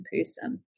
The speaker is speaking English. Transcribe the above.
person